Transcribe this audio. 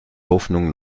hoffnung